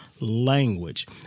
language